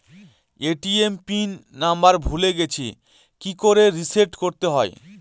ATM PIN number ভুলে গেছি কি করে রিসেট করতে হয়?